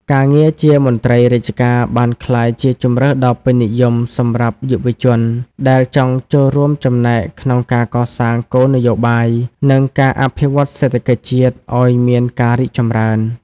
ការងារជាមន្ត្រីរាជការបានក្លាយជាជម្រើសដ៏ពេញនិយមសម្រាប់យុវជនដែលចង់ចូលរួមចំណែកក្នុងការកសាងគោលនយោបាយ និងការអភិវឌ្ឍសេដ្ឋកិច្ចជាតិឱ្យមានការរីកចម្រើន។